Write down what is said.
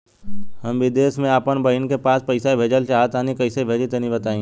हम विदेस मे आपन बहिन के पास पईसा भेजल चाहऽ तनि कईसे भेजि तनि बताई?